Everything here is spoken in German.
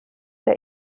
der